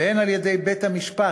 והן על-ידי בית-המשפט,